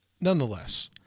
nonetheless